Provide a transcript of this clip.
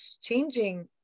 changing